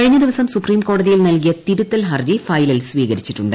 കഴിഞ്ഞ ദിവസം സുപ്രീംകോടതിയിൽ നൽകിയ തിരുത്തൽ ഹർജി ഫയലിൽ സ്വീകരിച്ചിട്ടുണ്ട്